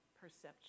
perception